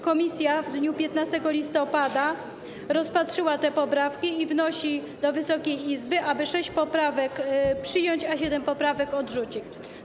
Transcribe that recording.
Komisja w dniu 15 listopada rozpatrzyła te poprawki i wnosi do Wysokiej Izby o to, aby sześć poprawek przyjąć, a siedem poprawek odrzucić.